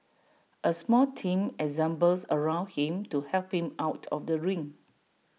A small team assembles around him to help him out of the ring